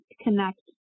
connect